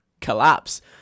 collapse